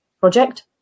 Project